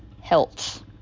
health